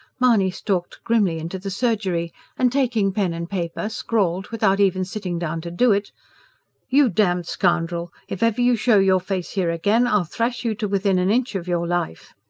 mahony stalked grimly into the surgery and taking pen and paper scrawled, without even sitting down to do it you damned scoundrel! if ever you show your face here again, i'll thrash you to within an inch of your life.